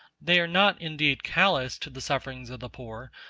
they are not indeed callous to the sufferings of the poor,